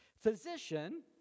Physician